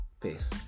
Peace